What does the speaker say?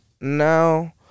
now